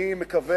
לרשותך,